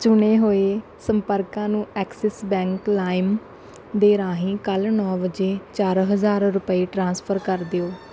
ਚੁਣੇ ਹੋਏ ਸੰਪਰਕਾਂ ਨੂੰ ਐਕਸਿਸ ਬੈਂਕ ਲਾਇਮ ਦੇ ਰਾਹੀਂ ਕੱਲ੍ਹ ਨੌਂ ਵਜੇ ਚਾਰ ਹਜ਼ਾਰ ਰੁਪਏ ਟ੍ਰਾਂਸਫਰ ਕਰ ਦਿਓ